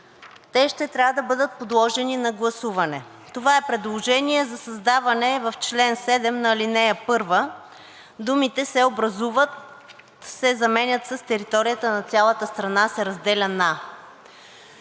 те ще трябва да бъдат подложени на гласуване. Това е предложение за създаване в чл. 7 на ал. 1 думите „се образуват“ се заменят „с територията на цялата страна се разделя на“.